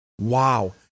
Wow